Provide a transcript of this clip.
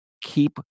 keep